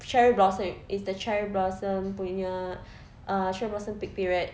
cherry blossom is the cherry blossom punya uh cherry blossom period